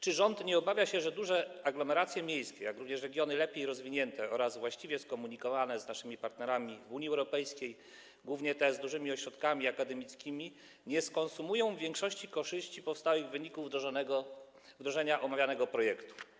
Czy rząd nie obawia się, że duże aglomeracje miejskie, jak również regiony lepiej rozwinięte oraz właściwie skomunikowane z naszymi partnerami w Unii Europejskiej, głównie te z dużymi ośrodkami akademickimi, skonsumują większość korzyści powstałych w wyniku wdrożenia omawianego projektu?